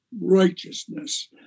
righteousness